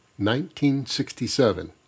1967